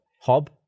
Hob